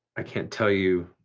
i can't tell you.